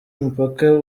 umupaka